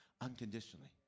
Unconditionally